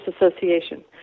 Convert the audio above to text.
Association